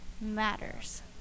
matters